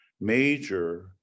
major